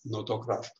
nuo to krašto